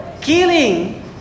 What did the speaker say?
killing